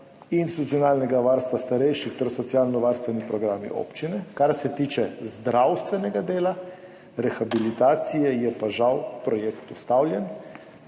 institucionalnega varstva starejših ter socialnovarstveni programi občine. Kar se tiče zdravstvenega dela, rehabilitacije, je pa žal projekt ustavljen,